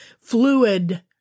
fluid